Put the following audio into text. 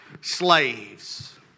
slaves